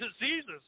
diseases